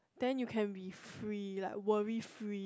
then you can be free like worry free